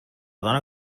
dona